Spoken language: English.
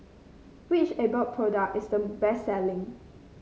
which Abbott product is the best selling